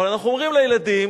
אבל אנחנו אומרים לילדים,